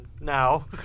now